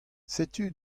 setu